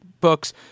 books